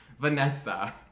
Vanessa